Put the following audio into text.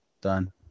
Done